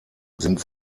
sind